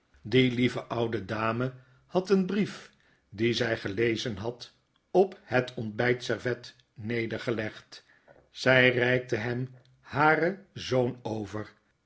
die lieve oude dame had een brief dien zij gelezen had op hetontbijt servetnedergelegd zij reikte hem haren zoon over